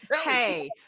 Hey